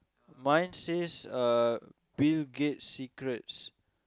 mine says uh Bill-Gates secrets